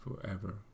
forever